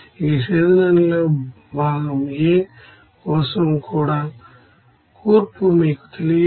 ఈ డిస్టిల్ల్య్ట్ లో భాగం A కోసం ఇక్కడ కూర్పు మీకు తెలియదు